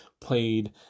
played